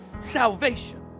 salvation